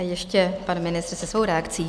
Ještě pan ministr se svou reakcí.